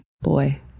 boy